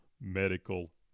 medical